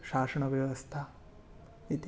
शासनव्यवस्था इति